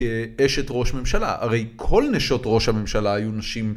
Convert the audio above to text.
אשת ראש ממשלה, הרי כל נשות ראש הממשלה היו נשים